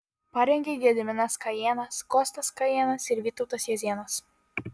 parengė gediminas kajėnas kostas kajėnas ir vytautas juozėnas